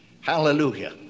Hallelujah